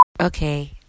Okay